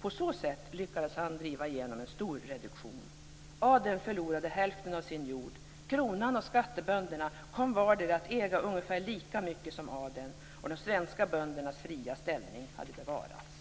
På så sätt lyckades han driva igenom en strorreduktion. Adeln förlorade hälften av sin jord. Kronan och skattebönderna kom vardera att äga ungefär lika mycket som adeln. De svenska böndernas fria ställning hade bevarats.